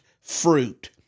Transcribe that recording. fruit